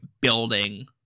building